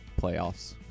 playoffs